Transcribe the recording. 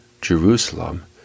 Jerusalem